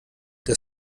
der